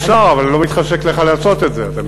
אפשר, אבל לא מתחשק לך לעשות את זה, אתה מתכוון.